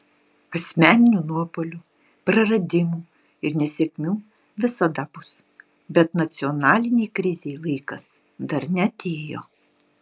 asmeninių nuopuolių praradimų ir nesėkmių visada bus bet nacionalinei krizei laikas dar neatėjo